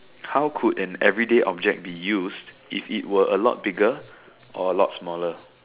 how could an everyday object be used if it were a lot bigger or a lot smaller